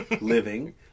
living